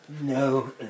No